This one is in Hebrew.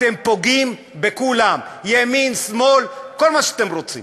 אתם פוגעים בכולם, ימין, שמאל, כל מה שאתם רוצים.